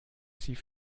sie